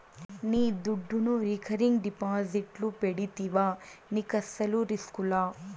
నీ దుడ్డును రికరింగ్ డిపాజిట్లు పెడితివా నీకస్సలు రిస్కులా